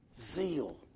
Zeal